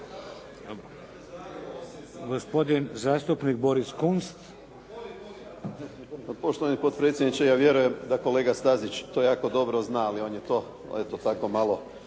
gospodin zastupnik Boris Kunst.